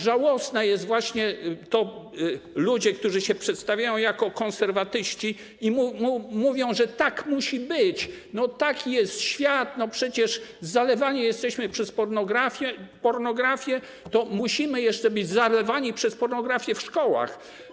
Żałosne jest to, że ludzie, którzy się przedstawiają jako konserwatyści, mówią, że tak musi być, taki jest świat, przecież zalewani jesteśmy przez pornografię, to musimy jeszcze być zalewani przez pornografię w szkołach.